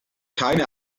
keine